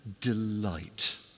delight